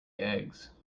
eggs